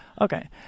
Okay